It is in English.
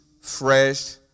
fresh